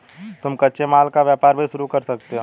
तुम कच्चे माल का व्यापार भी शुरू कर सकते हो